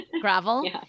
Gravel